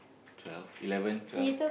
twelve eleven twelve